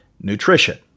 Nutrition